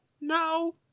no